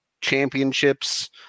Championships